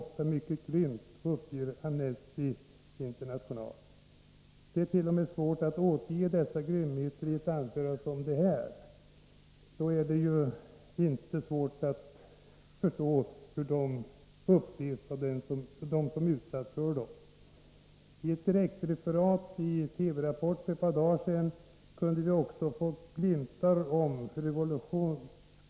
Formerna av tortyr är alltför grymma för att här kunna återges.